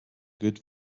good